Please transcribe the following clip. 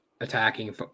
attacking